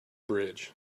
bridge